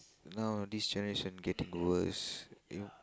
now this generation getting worse